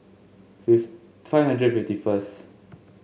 five hundred fifty first